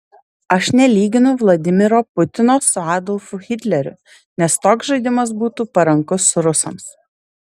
aš nelyginu vladimiro putino su adolfu hitleriu nes toks žaidimas būtų parankus rusams